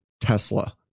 Tesla